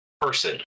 person